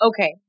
Okay